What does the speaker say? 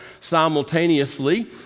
simultaneously